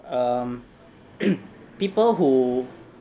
um people who